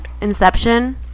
Inception